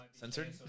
censored